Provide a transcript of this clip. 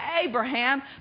Abraham